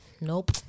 Nope